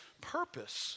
purpose